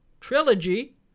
Trilogy